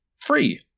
free